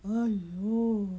!aiyo!